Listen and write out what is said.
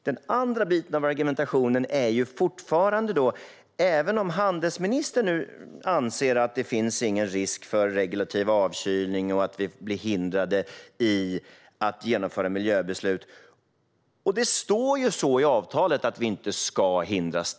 Den andra biten av argumentationen är fortfarande kvar, även om handelsministern anser att det inte finns någon risk för regulativ avkylning eller att vi hindras att genomföra miljöbeslut. Det står så i avtalet - att vi inte ska hindras.